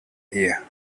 here